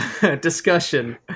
discussion